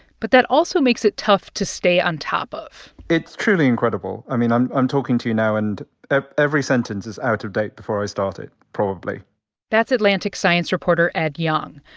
but that also makes it tough to stay on top of it's truly incredible. i mean, i'm i'm talking you now, and ah every sentence is out of date before i started, probably that's atlantic science reporter ed yong,